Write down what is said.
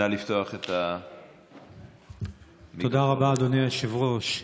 תודה רבה, אדוני היושב-ראש.